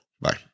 Bye